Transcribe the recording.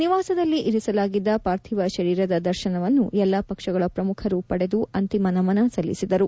ನಿವಾಸದಲ್ಲಿ ಇರಿಸಲಾಗಿದ್ದ ಪಾರ್ಥಿವ ಶರೀರದ ದರ್ತನವನ್ನು ಎಲ್ಲ ಪಕ್ಷಗಳ ಪ್ರಮುಖರು ಪಡೆದು ಅಂತಿಮ ನಮನ ಸಲ್ಲಿಸಿದರು